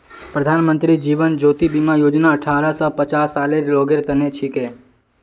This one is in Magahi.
प्रधानमंत्री जीवन ज्योति बीमा योजना अठ्ठारह स पचास सालेर लोगेर तने छिके